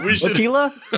Tequila